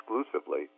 exclusively